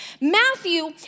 Matthew